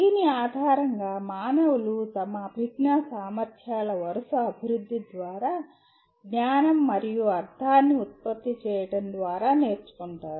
దాని ఆధారంగా మానవులు తమ అభిజ్ఞా సామర్ధ్యాల వరుస అభివృద్ధి ద్వారా జ్ఞానం మరియు అర్థాన్ని ఉత్పత్తి చేయడం ద్వారా నేర్చుకుంటారు